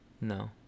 No